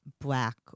black